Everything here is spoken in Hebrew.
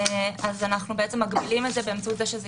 אז אנחנו מגבילים את זה באמצעות זה שזה